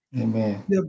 Amen